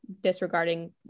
disregarding